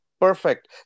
Perfect